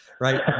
right